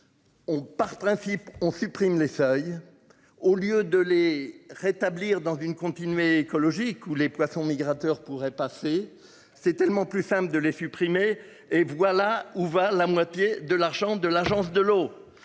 par principe on supprime les feuilles. Au lieu de les rétablir dans une continuer écologique ou les poissons migrateurs pourrait passer. C'est tellement plus simple de les supprimer. Et voilà où va la moitié de l'argent de l'Agence